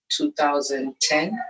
2010